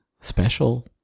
special